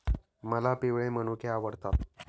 मला पिवळे मनुके आवडतात